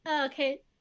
okay